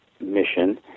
mission